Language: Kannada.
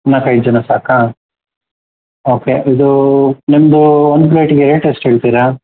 ನಾಲ್ಕೈದು ಜನ ಸಾಕಾ ಓಕೆ ಇದು ನಿಮ್ಮದು ಒಂದು ಪ್ಲೇಟಿಗೆ ರೇಟ್ ಎಷ್ಟು ಹೇಳ್ತೀರಾ